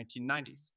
1990s